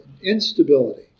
instability